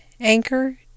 Anchor